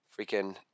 freaking